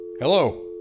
Hello